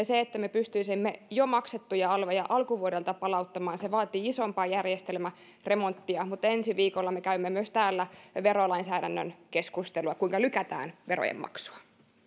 se että me pystyisimme jo maksettuja alveja alkuvuodelta palauttamaan vaatii isompaa järjestelmäremonttia mutta ensi viikolla me käymme myös täällä verolainsäädännön keskustelua kuinka lykätään verojen maksua